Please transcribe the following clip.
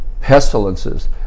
Pestilences